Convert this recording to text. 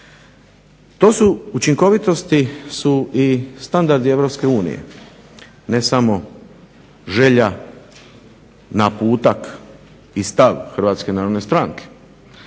To su učinkovitosti su i standardi Europske unije ne samo želja, naputak i stav